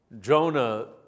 Jonah